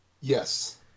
Yes